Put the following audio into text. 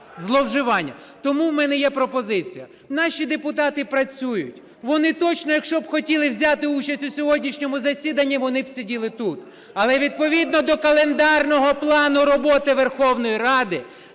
Тому в мене є пропозиція. Наші депутати працюють, вони точно, якщо б хотіли взяти участь у сьогоднішньому засіданні – вони б сиділи тут. Але, відповідно до календарного плану роботи Верховної Ради,